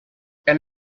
elle